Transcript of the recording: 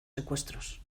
secuestros